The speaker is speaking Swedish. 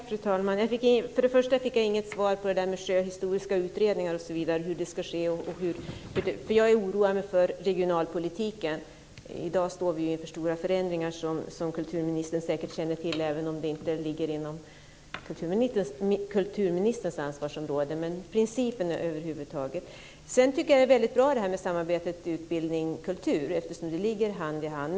Fru talman! För det första fick jag inget svar på detta med Sjöhistoriska, utredningar osv. och hur detta ska ske. Jag oroar mig för regionalpolitiken. I dag står vi ju inför stora förändringar, såsom kulturministern säkert känner till även om det inte ligger inom hennes ansvarsområde. Det här gäller principerna över huvud taget. För det andra tycker jag att det är mycket bra med samarbetet mellan utbildning och kultur, eftersom det ligger hand i hand.